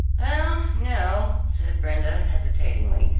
oh, no, said brenda, hesitatingly,